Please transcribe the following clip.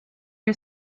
que